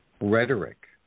rhetoric